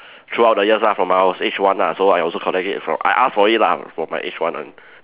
throughout the years lah from when I was age one lah so I also counted it from I asked from it lah from my age one one